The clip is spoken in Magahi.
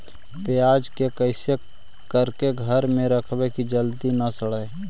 प्याज के कैसे करके घर में रखबै कि जल्दी न सड़ै?